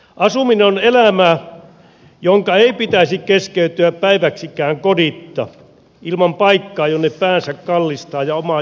asuminen on elämää jonka ei pitäisi keskeytyä päiväksikään koditta ilman paikkaa jonne päänsä kallistaa ja jossa omaisuutensa säilyttää